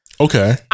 Okay